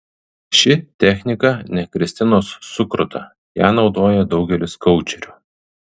ši technika ne kristinos sukruta ją naudoja daugelis koučerių